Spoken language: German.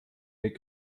weg